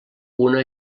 una